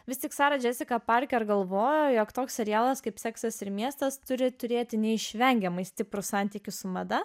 vis tik sara džesika parker galvojo jog toks serialas kaip seksas ir miestas turi turėti neišvengiamai stiprų santykius su mada